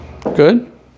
good